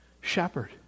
shepherd